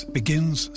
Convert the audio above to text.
begins